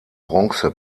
bronze